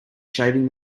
shaving